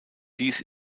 dies